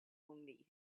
only